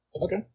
Okay